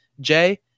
Jay